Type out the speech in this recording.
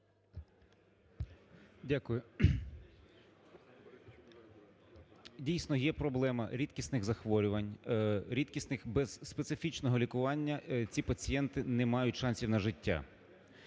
Дякую. Дійсно, є проблема рідкісних захворювань, рідкісних, без специфічного лікування ці пацієнти не мають шансів на життя.